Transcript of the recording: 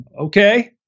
Okay